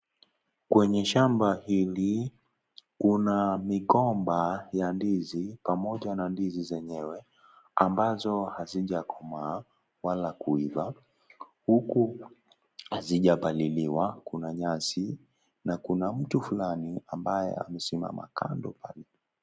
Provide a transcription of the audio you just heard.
Kwenye shamba hili kuna migomba ya ndizi pamoja na ndizi zenyewe ambazo hazijakomaa wala kuiva, huku hazipaliliwa. Kuna nyasi na kuna mtu fulani ambaye amesimama kando.